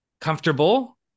comfortable